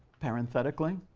parenthetically?